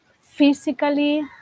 physically